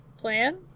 plan